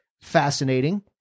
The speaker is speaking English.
Fascinating